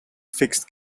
fixed